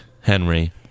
Henry